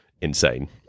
insane